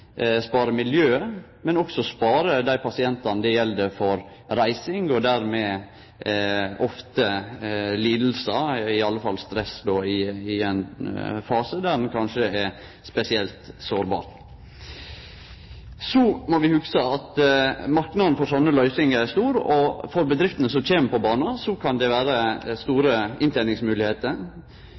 spare miljøet, men også spare dei pasientane det gjeld, for reising og dermed ofte lidingar, i alle fall stress, i ein fase då ein kanskje er spesielt sårbar. Så må vi hugse at marknaden for sånne løysingar er stor, og for bedriftene som kjem på bana, kan det vere store